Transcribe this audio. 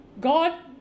God